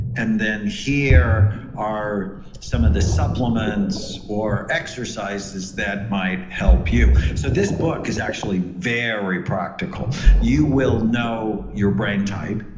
and then, here are some of the supplements or exercises that might help you. so this book is actually very practical. you will know your brain type.